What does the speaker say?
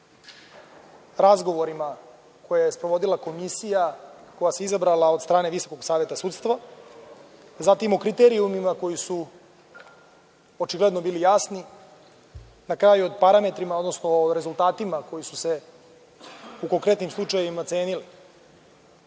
razgovorima koje je sprovodila Komisija koja se izabrala od strane Visokog saveta sudstva, zatim o kriterijumima koji su očigledno bili jasni, na kraju o parametrima, odnosno rezultatima koji su se, u konkretnim slučajevima,